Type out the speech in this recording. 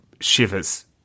shivers